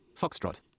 Foxtrot